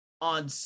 on